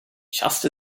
just